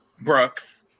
Brooks